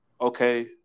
okay